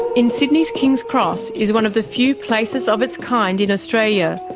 in sydney's kings cross is one of the few places of its kind in australia.